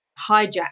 hijack